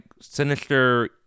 sinister